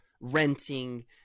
renting